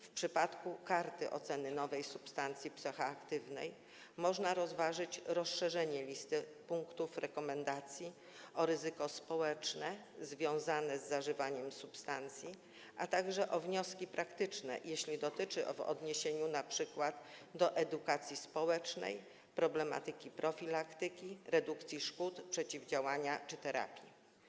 W przypadku karty oceny nowej substancji psychoaktywnej można rozważyć rozszerzenie listy punktów rekomendacji o ryzyko społeczne związane z zażywaniem substancji, a także o wnioski praktyczne, jeśli to tego dotyczy, w odniesieniu np. do edukacji społecznej, problematyki profilaktyki, redukcji szkód, przeciwdziałania czy terapii.